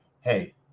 hey